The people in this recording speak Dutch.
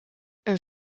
een